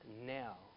now